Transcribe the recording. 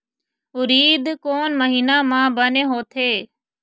उरीद कोन महीना म बने होथे?